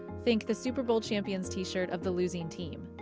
think the super bowl champions t-shirt of the losing team.